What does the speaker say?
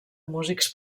músics